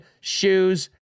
shoes